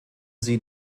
sie